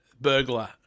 burglar